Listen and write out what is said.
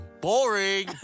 Boring